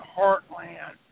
Heartland